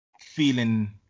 feeling